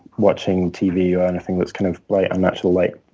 watching tv or anything that's kind of bright unnatural light.